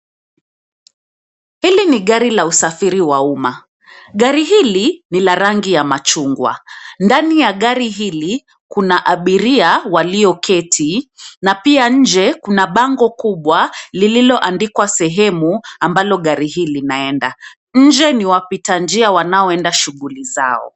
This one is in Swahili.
Hili ni gari la usafiri wa umma. Gari hili, ni la rangi ya machungwa. Ndani ya gari hili, kuna abiria walioketi, na pia nje kuna bango kubwa lililoandikwa sehemu, ambalo gari hili linaenda. Nje ni wapita njia wanaoenda shughuli zao.